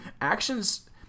actions